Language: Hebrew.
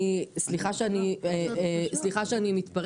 סליחה שאני מתפרצת,